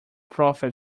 profit